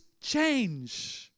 change